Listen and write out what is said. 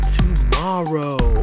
tomorrow